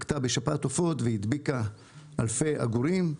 לקתה בשפעת עופות והדביקה אלפי עגורים,